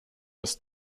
das